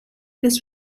this